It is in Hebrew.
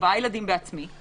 כי